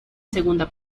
segunda